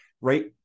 Right